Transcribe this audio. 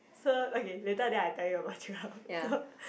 so okay later then I tell you about Joel so